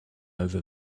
over